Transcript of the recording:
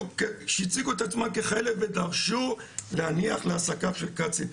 שהציגו את עצמם ככאלה ודרשו להניח לעסקיו של קצין.